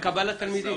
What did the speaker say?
בקבלת תלמידים.